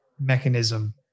mechanism